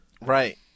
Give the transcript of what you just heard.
Right